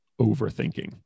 overthinking